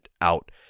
out